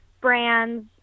brands